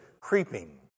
creeping